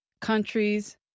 Countries